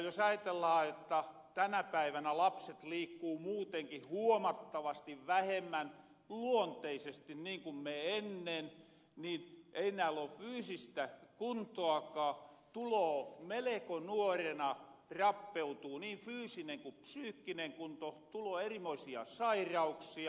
jos ajatellaan jotta tänä päivänä lapset liikkuu luontaisesti muutenkin huomattavasti vähemmän kuin me ennen nii ei näil oo fyysistä kuntoakaa meleko nuorena rappeutuu niin fyysinen ku psyykkinen kunto tuloo erimoisia sairauksia